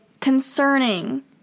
concerning